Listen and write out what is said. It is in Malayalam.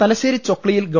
തലശ്ശേരി ചൊക്ലിയിൽ ഗവ